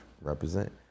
represent